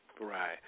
Right